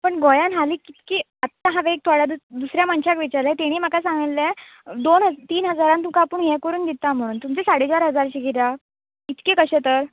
पूण गोंयान हालीं कितलें आत्तां हांवें एक थोड्या दीस दुसऱ्या मनशाक विचारलें ताणी म्हाका सांगलेलें दोन हज तीन हजारान तुका आपूण हें करून दिता म्हणून तुमचे साडे चार हजारशे कित्याक इतके कशे तर